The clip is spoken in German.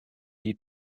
die